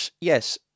yes